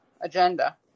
agenda